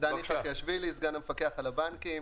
דני חחיאשוילי, סגן המפקח על הבנקים.